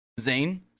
Zayn